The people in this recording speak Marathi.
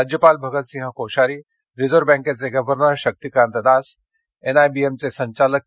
राज्यपाल भगतसिंग कोश्यारी रिझर्व बँकेचे गव्हर्नर शक्तीकांत दास एनआयबीएमचे संचालक के